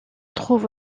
trouve